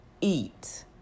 eat